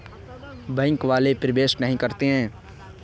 Bank वाले प्रवेश नहीं करते हैं?